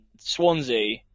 Swansea